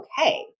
okay